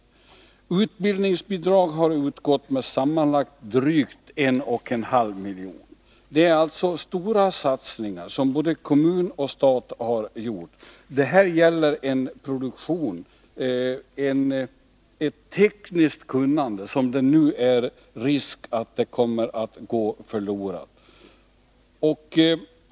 Vidare har utbildningsbidrag utgått med sammanlagt drygt 1,5 milj.kr. Det är alltså fråga om stora satsningar, som både kommun och stat har gjort. I företaget finns dessutom ett tekniskt kunnande, och risken är nu att detta kommer att gå förlorat.